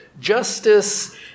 justice